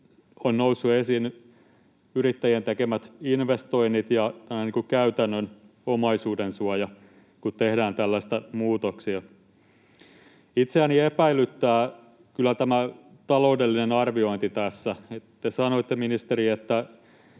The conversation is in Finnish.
ovat nousseet myös yrittäjien tekemät investoinnit ja käytännön omaisuudensuoja, kun tehdään tällaisia muutoksia. Itseäni epäilyttää kyllä tämä taloudellinen arviointi tässä. Te sanoitte, ministeri, että